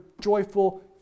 joyful